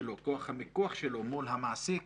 שלו מול המעסיק,